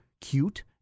cute